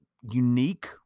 unique